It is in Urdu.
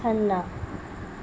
کھنہ